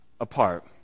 apart